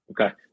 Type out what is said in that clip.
Okay